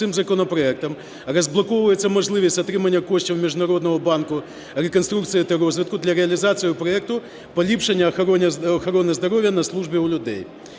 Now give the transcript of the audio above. цим законопроектом розблокується можливість отримання коштів Міжнародного банку реконструкції та розвитку для реалізації проекту "Поліпшення охорони здоров'я на службі у людей".